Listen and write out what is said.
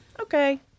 Okay